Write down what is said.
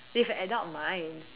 they've an adult mind